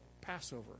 Passover